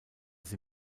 sie